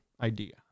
idea